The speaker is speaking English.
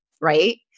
Right